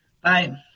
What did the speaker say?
Bye